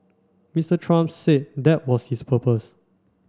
Mister Trump said that was his purpose